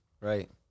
right